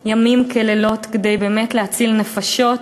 לילות כימים כדי באמת להציל נפשות.